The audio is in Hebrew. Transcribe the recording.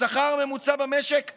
השכר הממוצע במשק עלה,